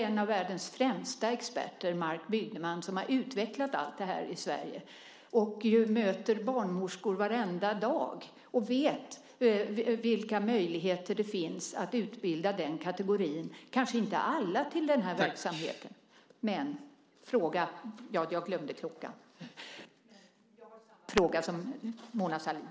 En av världens främsta experter, Marc Bygdeman, har utvecklat detta i Sverige. Han möter barnmorskor varenda dag och vet vilka möjligheter som finns att utbilda den kategorin, kanske inte alla, för den här verksamheten. Jag har samma fråga som Mona Sahlin.